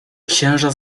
księża